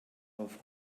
auf